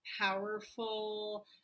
powerful